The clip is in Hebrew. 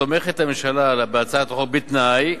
תומכת הממשלה בהצעת החוק, בתנאי,